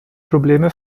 probleme